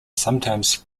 sometimes